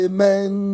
Amen